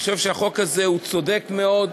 אני חושב שהחוק הזה צודק מאוד,